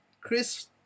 Chris